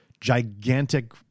gigantic